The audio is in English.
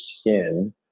skin